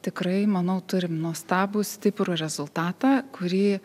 tikrai manau turim nuostabų stiprų rezultatą kurį